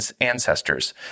ancestors